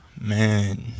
Man